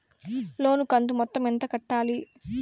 లోను కంతు మొత్తం ఎంత కట్టాలి?